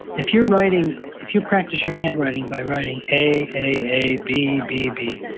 if you're writing, if you practice your handwriting by writing a, a, a, b, b, b,